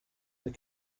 that